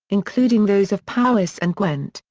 including those of powys and gwent,